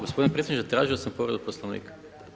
Gospodine potpredsjedniče tražio sam povredu Poslovnika.